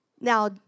Now